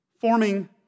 forming